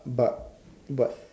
but but